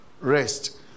Rest